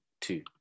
two